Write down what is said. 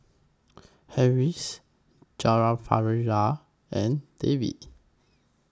Haresh Jawaharlal and Devi